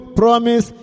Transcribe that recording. promise